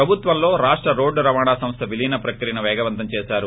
ప్రభుత్వంలో రాష్ట రోడ్లు రవాణా సంస్థ విలీన ప్రక్రియను పేగవంతం చేశారు